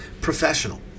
professional